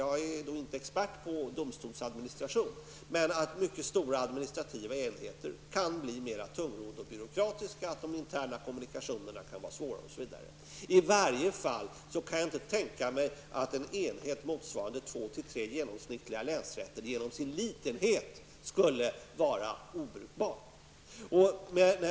Jag är inte expert på domstolsadministration, men jag vet att mycket stora administrativa enheter kan bli mera tungrodda och byråkratiska och att det kan uppstå problem med de interna kommunikationerna. Jag kan i varje fall inte tänka mig att en enhet motsvarande två--tre genomsnittliga länsrätter genom sin litenhet skulle vara obrukbar.